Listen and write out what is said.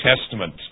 Testament